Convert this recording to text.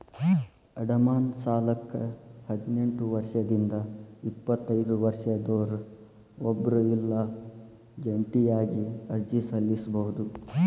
ಅಡಮಾನ ಸಾಲಕ್ಕ ಹದಿನೆಂಟ್ ವರ್ಷದಿಂದ ಎಪ್ಪತೈದ ವರ್ಷದೊರ ಒಬ್ರ ಇಲ್ಲಾ ಜಂಟಿಯಾಗಿ ಅರ್ಜಿ ಸಲ್ಲಸಬೋದು